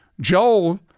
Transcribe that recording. Joel